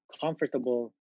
Comfortable